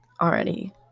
already